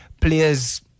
players